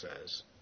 says